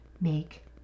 make